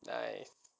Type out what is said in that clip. nice